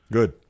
Good